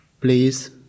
Please